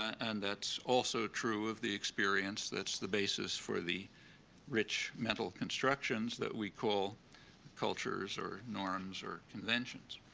and that's also true of the experience that's the basis for the rich mental constructions that we call cultures, or norms, or conventions.